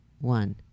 one